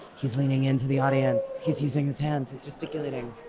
he's leaning into the audience. he's using his hands he's gesticulating